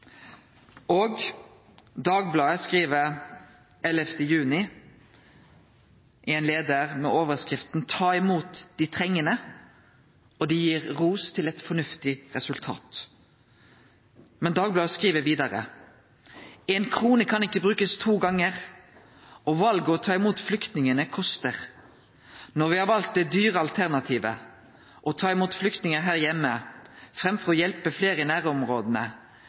gode.» Dagbladet har 11. juni ein leiar med overskrifta «Ta imot de trengende», og dei gir ros til eit fornuftig resultat: «Én krone kan ikke brukes to ganger og valget om å ta imot flyktningene koster. Når vi har valgt det dyre alternativet: å ta imot flyktninger her hjemme framfor å hjelpe flere i nærområdene,